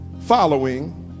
following